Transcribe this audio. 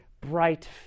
bright